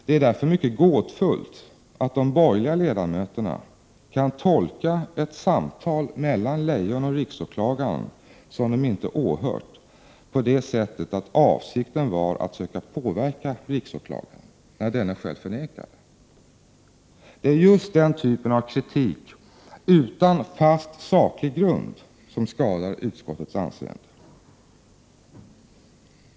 Det är därför mycket gåtfullt att de borgerliga ledamöterna kan tolka ett samtal mellan Leijon och riksåklagaren som de inte åhört på det sättet att avsikten var att söka påverka riksåklagaren, när denne själv förnekar det. Det är just den typen av kritik, utan fast saklig grund, som skadar utskottets anseende.